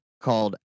called